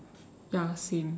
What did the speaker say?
ya same